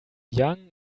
young